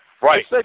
Right